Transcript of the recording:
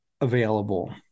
available